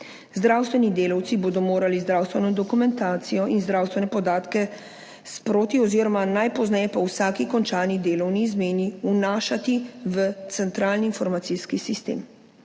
Zdravstveni delavci bodo morali zdravstveno dokumentacijo in zdravstvene podatke sproti oziroma najpozneje po vsaki končani delovni izmeni vnašati v centralni informacijski sistem.